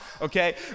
okay